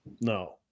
No